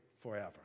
forever